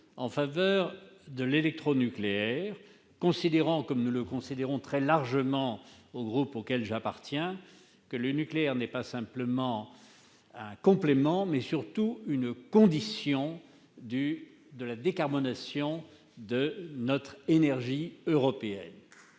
en faveur de l'électronucléaire, en considérant, comme nous l'estimons très largement au sein du groupe auquel j'appartiens, que le nucléaire n'est pas simplement un complément, mais qu'il est surtout une condition de la décarbonation de l'énergie en Europe.